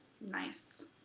Nice